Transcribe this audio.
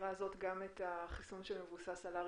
לאמירה הזאת גם את החיסון שמבוסס על רנ"א?